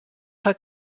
for